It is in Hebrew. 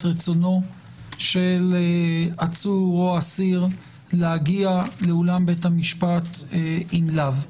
רצונו של עצור או אסיר אם להגיע לאולם בית המשפט או אם לאו.